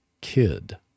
kid